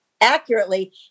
accurately